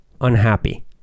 unhappy